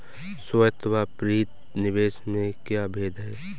स्वायत्त व प्रेरित निवेश में क्या भेद है?